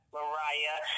Mariah